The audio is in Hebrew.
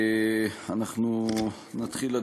אנחנו נתחיל,